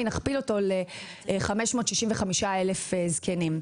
ל-565 אלף זקנים.